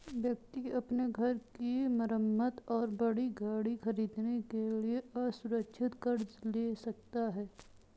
व्यक्ति अपने घर की मरम्मत और बड़ी गाड़ी खरीदने के लिए असुरक्षित कर्ज ले सकता है